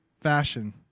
fashion